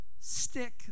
stick